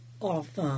off